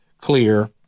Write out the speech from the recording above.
clear